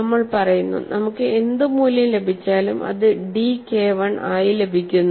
നമ്മൾ പറയുന്നു നമുക്ക് എന്ത് മൂല്യം ലഭിച്ചാലും അത് dK I ആയി ലഭിക്കുന്നു